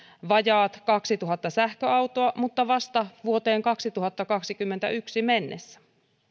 vajaat kaksituhatta sähköautoa mutta vasta vuoteen kaksituhattakaksikymmentäyksi mennessä